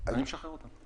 אני משחרר אותם.